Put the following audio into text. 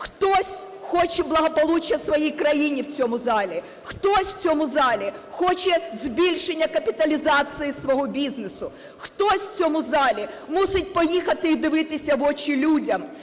хтось хоче благополуччя своїй країні в цьому залі, хтось в цьому залі хоче збільшення капіталізації свого бізнесу, хтось в цьому залі мусить поїхати і дивитися в очі людям.